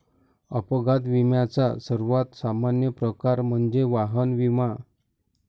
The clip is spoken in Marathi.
अपघात विम्याचा सर्वात सामान्य प्रकार म्हणजे वाहन विमा